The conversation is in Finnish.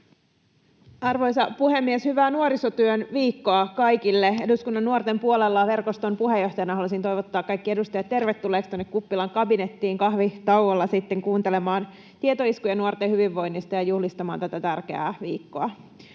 Arvoisa puhemies! Hyvää Nuorisotyön viikkoa kaikille! Eduskunnan Nuorten puolella ‑verkoston puheenjohtajana haluaisin toivottaa kaikki edustajat tervetulleiksi tuonne kuppilan kabinettiin sitten kahvitauolla kuuntelemaan tietoiskuja nuorten hyvinvoinnista ja juhlistamaan tätä tärkeää viikkoa.